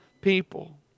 people